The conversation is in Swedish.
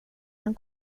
han